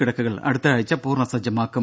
കിടക്കകൾ അടുത്തയാഴ്ച പൂർണസജ്ജമാക്കും